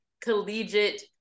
collegiate